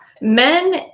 Men